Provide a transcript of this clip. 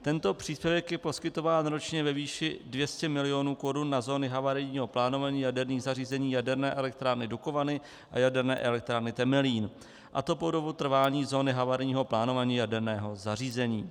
Tento příspěvek je poskytován ročně ve výši 200 milionů korun na zóny havarijního plánování jaderných zařízení Jaderné elektrárny Dukovany a Jaderné elektrárny Temelín, a to po dobu trvání zóny havarijního plánování jaderného zařízení.